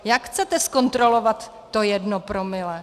Jak chcete zkontrolovat to jedno promile?